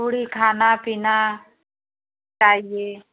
पुड़ी खाना पीना चाहिए